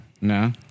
No